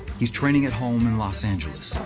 he's training at home in los angeles